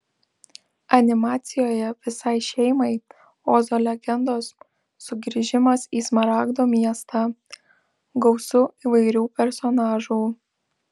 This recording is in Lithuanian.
animacijoje visai šeimai ozo legendos sugrįžimas į smaragdo miestą gausu įvairių personažų